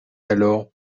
alors